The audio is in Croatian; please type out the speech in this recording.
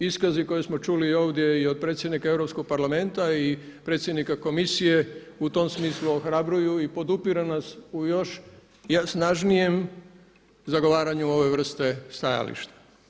Iskazi koje smo čuli ovdje i od predsjednika Europskog parlamenta i predsjednika komisije u tom smislu ohrabruju i podupiru nas u još snažnijem zagovaranju ove vrste stajališta.